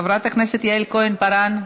חברת הכנסת יעל כהן-פארן,